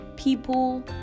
people